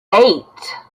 eight